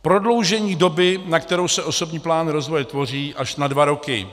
Prodloužení doby, na kterou se osobní plán rozvoje tvoří, až na dva roky.